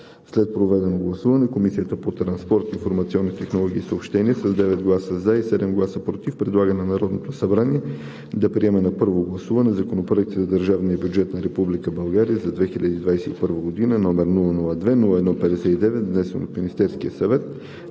След проведеното гласуване Комисията по транспорт, информационни технологии и съобщения с 9 гласа „за“ и 7 гласа „против“ предлага на Народното събрание да приеме на първо гласуване Законопроект за държавния бюджет на Република България за 2021 г., № 002-01-59, внесен от Министерския съвет